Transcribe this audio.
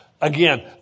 Again